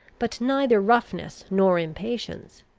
but neither roughness nor impatience.